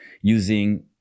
using